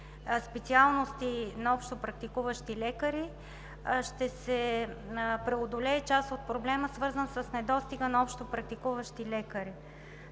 специалности на общопрактикуващи лекари, ще се преодолее част от проблема, свързан с недостига на общопрактикуващи лекари.